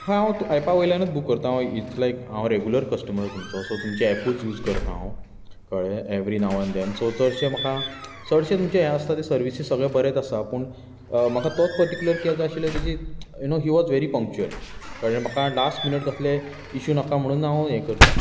हय हांव एपा वयल्यानूच बूक करतां इस्ट लायक हांव रेगुलर कस्टमर तुमचो सो एपूच यूज करतां हांव कळ्ळे so every now and then so चडशे म्हाका चडशे सर्विस आसता ते सगळे बरेच आसता पूण म्हाका तोच पटीक्यूलर ये कॅब जाय आशिल्ली किद्याक तेजी हि वॉज वेरी पंच्यूवल कळ्ळे म्हाका लास्ट मिनीट कसले इशू नाका म्हणून हांव हें करतां